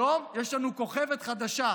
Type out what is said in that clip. היום יש לנו כוכבת חדשה,